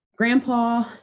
grandpa